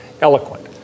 eloquent